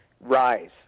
Rise